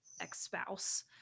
ex-spouse